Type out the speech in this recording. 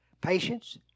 patience